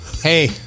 Hey